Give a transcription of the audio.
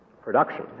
production